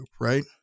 right